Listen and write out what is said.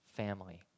Family